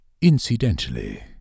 Incidentally